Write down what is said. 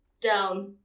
down